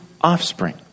offspring